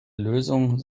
lösung